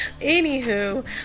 anywho